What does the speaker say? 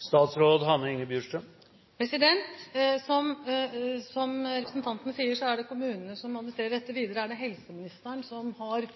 Som representanten Eriksson sier, er det kommunene som administrerer dette. Videre er det helseministeren som har